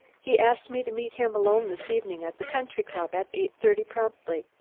he asks me to meet him alone this evening at the country-club, at eight-thirty promptly.